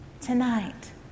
Tonight